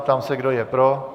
Ptám se, kdo je pro.